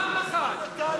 פעם אחת.